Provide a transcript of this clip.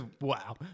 Wow